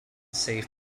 save